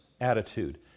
attitude